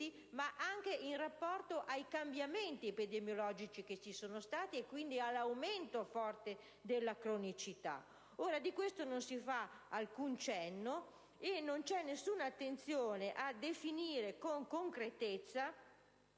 ma anche in rapporto ai cambiamenti epidemiologici che ci sono stati e, quindi, all'aumento forte della cronicità. Di questo non si fa alcun cenno e non c'è alcuna attenzione a definire con concretezza,